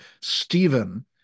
Stephen